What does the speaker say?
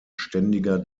ständiger